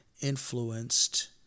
influenced